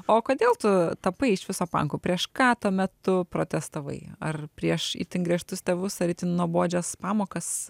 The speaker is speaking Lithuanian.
o kodėl tu tapai iš viso panku prieš ką tuo metu protestavai ar prieš itin griežtus tėvus ar itin nuobodžias pamokas